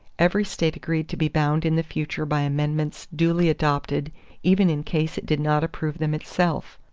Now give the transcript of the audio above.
every state agreed to be bound in the future by amendments duly adopted even in case it did not approve them itself.